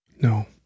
No